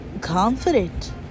Confident